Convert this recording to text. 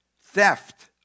theft